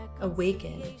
awaken